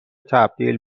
تبدیل